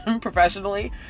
professionally